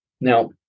Now